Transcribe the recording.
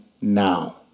now